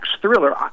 thriller